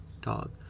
dog